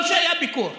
טוב שהיה ביקור,